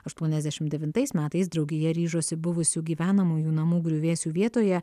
aštuoniasdešimt devintais metais draugija ryžosi buvusių gyvenamųjų namų griuvėsių vietoje